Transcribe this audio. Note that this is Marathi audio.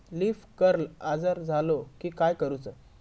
लीफ कर्ल आजार झालो की काय करूच?